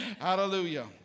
Hallelujah